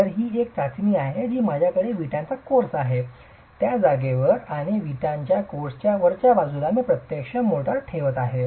तर ही एक चाचणी आहे जी माझ्याकडे विटांचा कोर्स आहे त्या जागेवर आणि विटांच्या कोर्सच्या वरच्या बाजूला मी प्रत्यक्ष मोर्टार ठेवत आहे